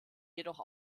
jedoch